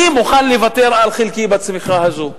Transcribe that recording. אני מוכן לוותר על חלקי בצמיחה הזאת.